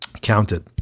counted